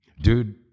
Dude